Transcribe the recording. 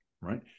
right